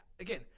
again